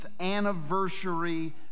anniversary